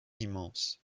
immense